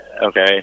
Okay